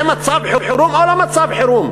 זה מצב חירום או לא מצב חירום?